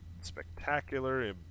spectacular